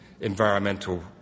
environmental